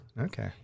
Okay